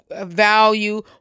value